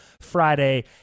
Friday